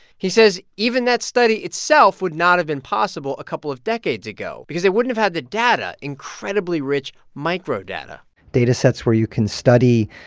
he says even that study itself would not have been possible a couple of decades ago because they wouldn't have had the data incredibly rich microdata datasets where you can study,